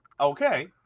Okay